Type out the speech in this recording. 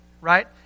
right